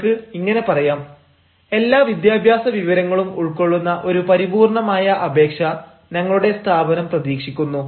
നിങ്ങൾക്ക് ഇങ്ങനെ പറയാം എല്ലാ വിദ്യാഭ്യാസ വിവരങ്ങളും ഉൾക്കൊള്ളുന്ന ഒരു പരിപൂർണ്ണമായ അപേക്ഷ ഞങ്ങളുടെ സ്ഥാപനം പ്രതീക്ഷിക്കുന്നു